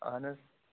اہن حظ